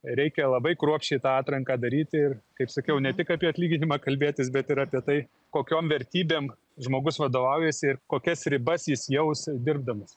reikia labai kruopščiai tą atranką daryti ir kaip sakiau ne tik apie atlyginimą kalbėtis bet ir apie tai kokiom vertybėm žmogus vadovaujasi ir kokias ribas jis jaus dirbdamas